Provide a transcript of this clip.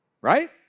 Right